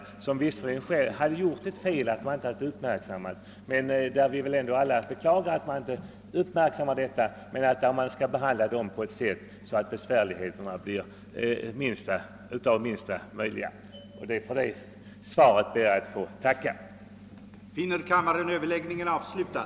Dessa har visserligen begått ett fel genom att inte uppmärksamma hur de skulle förfara, men de bör naturligtvis, trots det beklagliga förbiseendet, behandlas på ett sådant sätt att besvärligheterna för dem blir så små som möjligt. Jag ber alltså att få tacka statsrådet för detta besked.